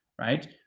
right